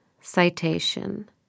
citation